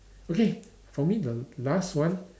okay for me the last one